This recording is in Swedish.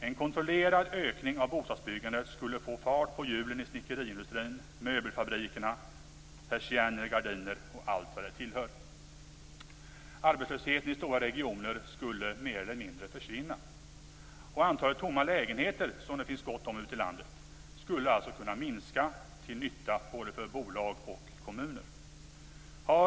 En kontrollerad ökning av bostadsbyggandet skulle få fart på hjulen i snickeriindustrin, möbelfabrikerna, persienner, gardiner osv. Arbetslösheten i stora regioner skulle mer eller mindre försvinna. Antalet tomma lägenheter som det finns gott om i landet skulle minska till nytta för bolag och kommuner.